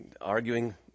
arguing